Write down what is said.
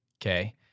Okay